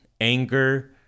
anger